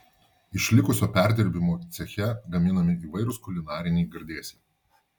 iš likusio perdirbimo ceche gaminami įvairūs kulinariniai gardėsiai